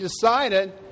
decided